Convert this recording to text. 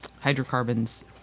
hydrocarbons